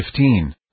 15